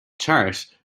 chart